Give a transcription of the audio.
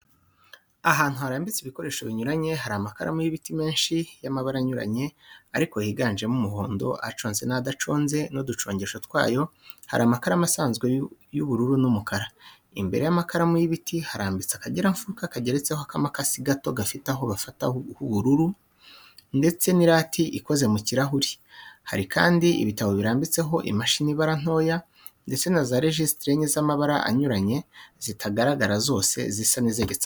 Ahantu harambitse ibikoresho binyuranye. Hari amakaramu y'ibiti menshi y'amabara anyuranye ariko higanjemo umuhondo, aconze n'adaconze n'uducongesho twayo, hari amakaramu asanzwe y'ubururu n'umukara. Imbere y'amakaramu y'ibiti harambitse akageramfuruka kageretseho akamakasi gato gafite aho bafata h'ubururu, ndetse n'irati ikoze mu kirahuri. Hari kandi ibitabo birambitseho imashini ibara ntoya ndetse na za rejisitiri enye z'amabara anyuranye zitagaragara zose, zisa nizegetse ahantu.